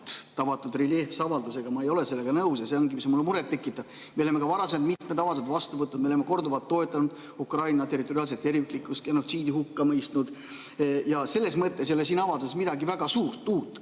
tavatult reljeefse avaldusega – ma ei ole sellega nõus. Ja see ongi see, mis mulle muret tekitab. Me oleme ka varasemalt mitmeid avaldusi vastu võtnud, me oleme korduvalt toetanud Ukraina territoriaalset terviklikkust, genotsiidi hukka mõistnud. Selles mõttes ei ole siin avalduses midagi väga suurt uut,